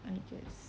I guess